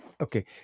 okay